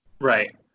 right